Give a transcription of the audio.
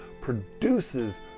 produces